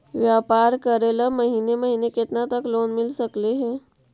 व्यापार करेल महिने महिने केतना तक लोन मिल सकले हे?